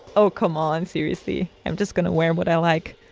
oh, come on. seriously, i'm just going to wear what i like.